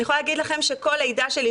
אני יכולה להגיד לכם שכל לידה שלי,